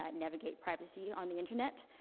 ah navigate privacy on the internet.